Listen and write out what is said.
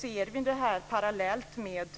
Ser vi detta parallellt med